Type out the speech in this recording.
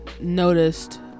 noticed